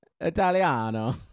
Italiano